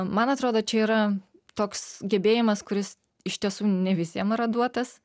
man atrodo čia yra toks gebėjimas kuris iš tiesų ne visiem yra duotas